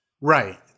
Right